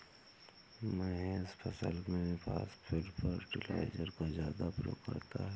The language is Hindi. महेश फसल में फास्फेट फर्टिलाइजर का ज्यादा प्रयोग करता है